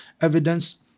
evidence